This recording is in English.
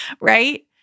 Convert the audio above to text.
right